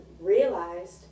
realized